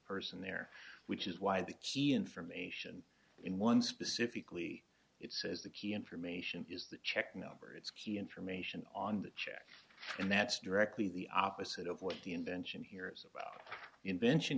person there which is why they see information in one specifically it says the key information is the check number it's key information on the check and that's directly the opposite of what the invention here is about invention